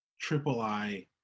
triple-I